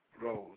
rose